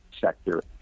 sector